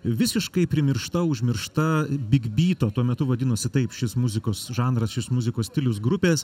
visiškai primiršta užmiršta bigbyto tuo metu vadinosi taip šis muzikos žanras šis muzikos stilius grupės